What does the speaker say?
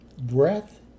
breath